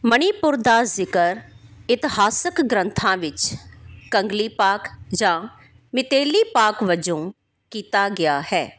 ਮਣੀਪੁਰ ਦਾ ਜ਼ਿਕਰ ਇਤਿਹਾਸਕ ਗ੍ਰੰਥਾਂ ਵਿੱਚ ਕੰਗਲੀਪਾਕ ਜਾਂ ਮੀਤੇਲੀਪਾਕ ਵਜੋਂ ਕੀਤਾ ਗਿਆ ਹੈ